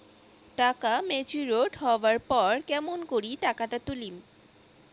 টাকা ম্যাচিওরড হবার পর কেমন করি টাকাটা তুলিম?